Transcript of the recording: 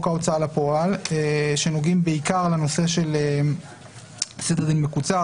ההוצאה לפועל שנוגעים בעיקר לנושא של סדר דין מקוצר,